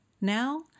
Now